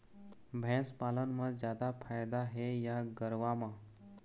भैंस पालन म जादा फायदा हे या गरवा म?